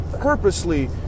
purposely